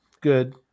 Good